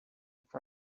cry